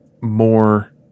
more